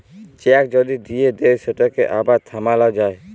cheque যদি দিঁয়ে দেই সেটকে আবার থামাল যায়